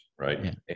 right